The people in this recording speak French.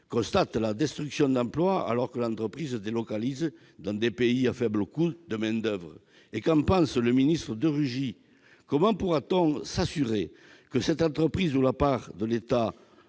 constaté la destruction d'emplois, alors que l'entreprise délocalise dans des pays à faible coût de main-d'oeuvre ? Qu'en pense également François de Rugy ? Comment pourra-t-on s'assurer que cette entreprise où l'État